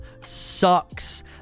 sucks